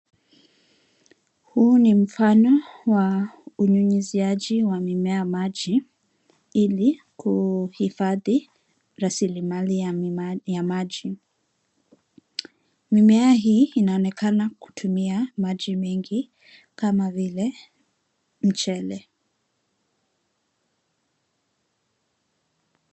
Huu ni mfano wa unyunyiziaji wa mimea maji ili kuhifadhi rasilimali ya maji mimea hii inaonekana kutumia maji mengi kama vile mchele.